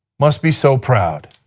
must be so proud.